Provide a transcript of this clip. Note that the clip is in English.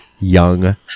Young